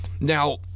Now